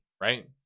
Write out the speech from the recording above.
right